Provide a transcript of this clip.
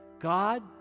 God